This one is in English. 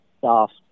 soft